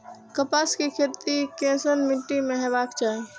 कपास के खेती केसन मीट्टी में हेबाक चाही?